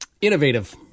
innovative